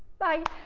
bye!